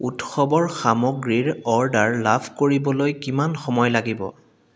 উৎসৱৰ সামগ্ৰীৰ অৰ্ডাৰ লাভ কৰিবলৈ কিমান সময় লাগিব